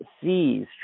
sees